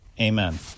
Amen